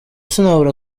sinabura